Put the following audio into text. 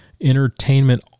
Entertainment